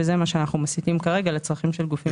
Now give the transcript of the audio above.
וזה מה שאנחנו מסיטים כרגע לצרכים של גופים אחרים.